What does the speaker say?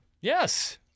Yes